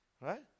Right